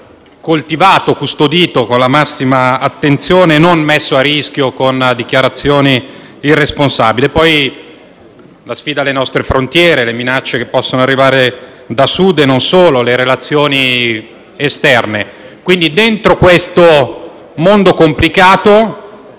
coltivato e custodito con la massima attenzione e non messo a rischio con dichiarazioni irresponsabili. Ci sono poi le sfide alle nostre frontiere, le minacce che possono arrivare da Sud e non solo, le relazioni esterne. Quindi, dentro questo mondo complicato